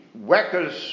workers